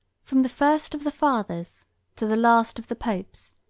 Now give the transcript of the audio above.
from the first of the fathers to the last of the popes,